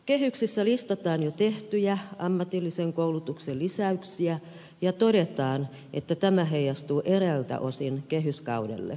kehyksessä listataan jo tehtyjä ammatillisen koulutuksen lisäyksiä ja todetaan että tämä heijastuu eräiltä osin kehyskaudelle